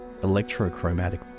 Electrochromatic